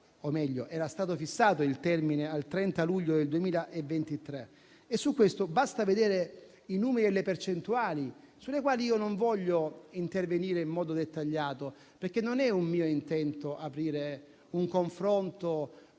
il termine era stato fissato al 30 luglio del 2023; su questo basta vedere i numeri e le percentuali, sulle quali io non desidero intervenire in modo dettagliato, perché non è un mio intento aprire un confronto